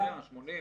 אני חייב לומר